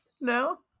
no